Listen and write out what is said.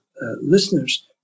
listeners